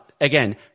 again